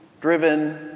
driven